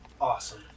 Awesome